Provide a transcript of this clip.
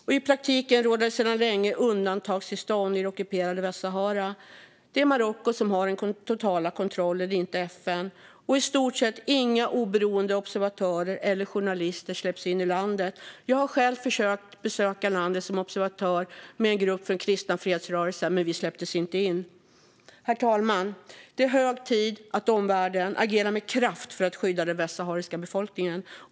I praktiken råder sedan länge undantagstillstånd i det ockuperade Västsahara. Det är Marocko som har den totala kontrollen, inte FN. I stort sett inga oberoende observatörer eller journalister släpps in i landet. Jag har själv försökt besöka landet som observatör med en grupp från Kristna Fredsrörelsen, men vi släpptes inte in. Herr talman! Det är hög tid att omvärlden agerar med kraft för att skydda den västsahariska befolkningen.